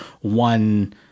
one